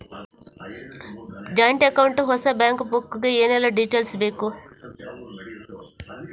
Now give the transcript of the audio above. Joint account ಹೊಸ bank pass book ಗೆ ಏನೆಲ್ಲ ಡೀಟೇಲ್ಸ್ ಬೇಕು?